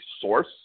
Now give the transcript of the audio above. source